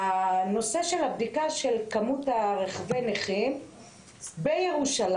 נושא הבדיקה של כמות רכבי הנכים בירושלים,